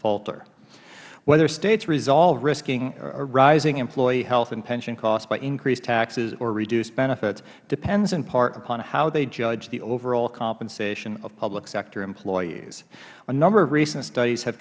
falter whether states resolve rising employee health and pension costs by increased taxes or reduced benefits depends in part upon how they judge the overall compensation of public sector employees a number of recent studies have